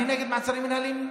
אני נגד מעצרים מינהליים,